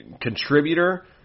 contributor